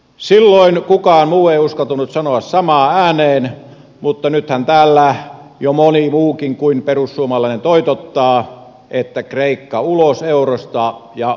silloin kukaan muu ei uskaltanut sanoa samaa ääneen mutta nythän täällä jo moni muukin kuin perussuomalainen toitottaa että kreikka ulos eurosta ja piikki kiinni